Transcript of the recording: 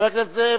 חבר הכנסת זאב,